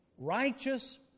Righteous